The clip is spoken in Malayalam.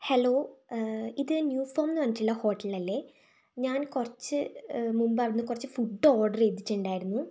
ഹലോ ഇത് ന്യൂഫോം എന്നു പറഞ്ഞിട്ടുള്ള ഹോട്ടൽ അല്ലേ ഞാൻ കുറച്ച് മുൻപ് അവിടെ നിന്ന് കുറച്ച് ഫുഡ് ഓർഡർ ചെയ്തിട്ടുണ്ടായിരുന്നു